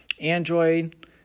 Android